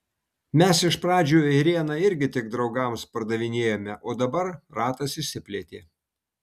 mes iš pradžių ėrieną irgi tik draugams pardavinėjome o dabar ratas išsiplėtė